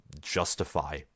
justify